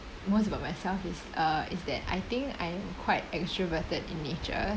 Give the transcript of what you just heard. most about myself is uh is that I think I'm quite extroverted in nature